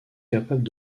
capables